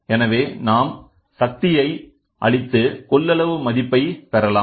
எனவே நாம் சக்தியை அளித்து கொள்ளளவு மதிப்பை பெறலாம்